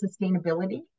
sustainability